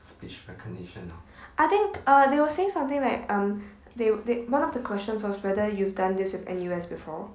I think uh they were saying something like um they they one of the questions was whether you've done this with N_U_S before